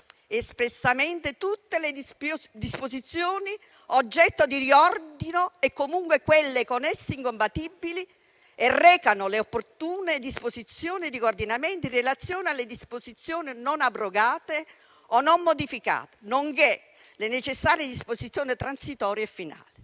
espressamente tutte le disposizioni oggetto di riordino e comunque quelle con essi incompatibili e recano le opportune disposizioni di coordinamento in relazione alle disposizioni non abrogate o non modificate, nonché le necessarie disposizioni transitorie e finali.